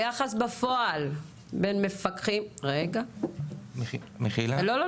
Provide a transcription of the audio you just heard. היחס בפועל בין מפקחים -- מחילה -- לא.